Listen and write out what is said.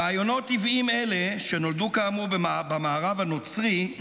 רעיונות עוועים אלה, שנולדו, כאמור, במערב הנוצרי,